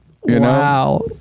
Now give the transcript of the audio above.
Wow